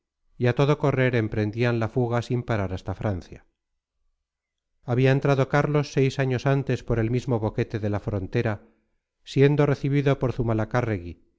a todo correr emprendían la fuga sin parar hasta francia había entrado carlos seis años antes por el mismo boquete de la frontera siendo recibido por zumalacárregui se